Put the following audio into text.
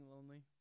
lonely